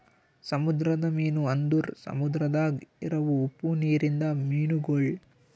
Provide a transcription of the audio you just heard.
ಸಮುದ್ರದ ಮೀನು ಅಂದುರ್ ಸಮುದ್ರದಾಗ್ ಇರವು ಉಪ್ಪು ನೀರಿಂದ ಮೀನುಗೊಳ್